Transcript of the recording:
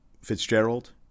Fitzgerald